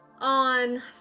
on